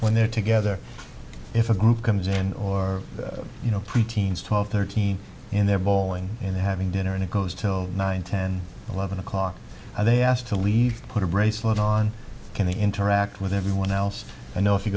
when they're together if a group comes in or you know pre teens twelve thirteen in their bowling and having dinner and it goes till nine ten eleven o'clock and they asked to leave put a bracelet on can they interact with everyone else i know if you